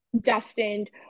destined